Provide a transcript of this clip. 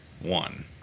one